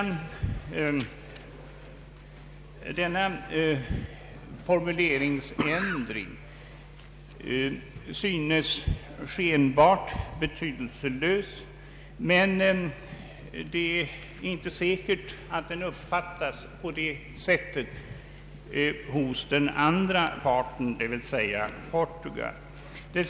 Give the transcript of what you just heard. Denna formuleringsändring synes skenbart betydelselös, men det är inte säkert att den uppfattas på det sättet av den andra parten, dvs. Portugal.